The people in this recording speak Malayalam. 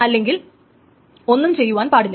അല്ലെങ്കിൽ ഒന്നും ചെയ്യുവാൻ പാടില്ല